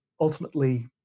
ultimately